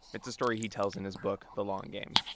it's a story he tells in his book, the long game.